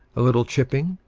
a little chipping,